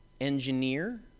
engineer